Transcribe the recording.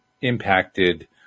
impacted